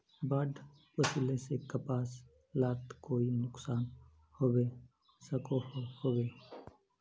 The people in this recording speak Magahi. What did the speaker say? बाढ़ वस्ले से कपास लात कोई नुकसान होबे सकोहो होबे?